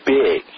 big